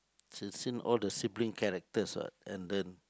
all the sibling characters what and then